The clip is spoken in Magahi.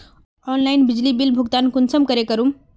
ऑनलाइन बिजली बिल भुगतान कुंसम करे करूम?